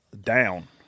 down